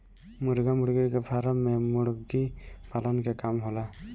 मुर्गा मुर्गी के फार्म में मुर्गी पालन के काम होला